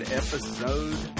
episode